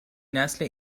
نسل